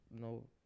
no